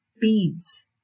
beads